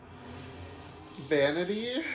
vanity